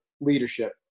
leadership